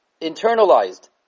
internalized